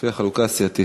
לפי החלוקה הסיעתית.